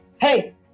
Hey